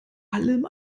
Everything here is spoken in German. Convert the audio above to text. allem